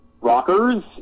rockers